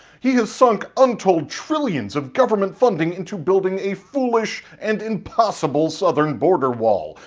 he has sunk untold trillions of government funding into building a foolish and impossible southern border wall.